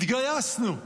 התגייסנו.